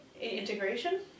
Integration